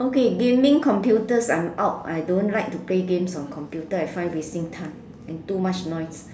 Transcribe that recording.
okay gaming computers I'm out I don't like to play games on computer I find wasting time and too much noise